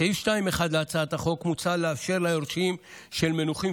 בסעיף 2(1) להצעת החוק מוצע לאפשר ליורשים של מנוחים